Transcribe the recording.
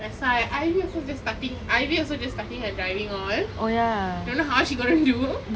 that's why ivy also just starting ivy also just starting her driving all don't know how she's gonna do